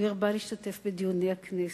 הוא הרבה להשתתף בדיוני הכנסת,